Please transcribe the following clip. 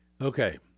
Okay